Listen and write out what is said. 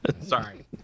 Sorry